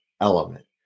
element